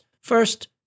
First